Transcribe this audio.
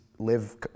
live